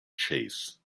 chase